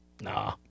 Nah